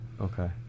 okay